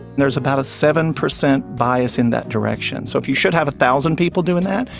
there's about a seven percent bias in that direction. so if you should have a thousand people doing that,